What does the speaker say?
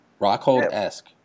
Rockhold-esque